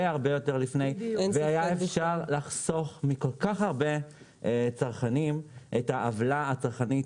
יותר מוקדם והיה אפשר לחסוך מכל כך הרבה צרכנים את העוולה הצרכנית